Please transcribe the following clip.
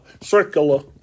Circular